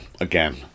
again